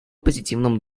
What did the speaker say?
позитивном